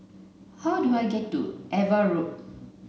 how do I get to Ava Road